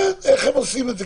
כן, איך הם עושים את זה.